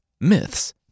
myths